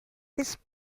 this